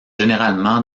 généralement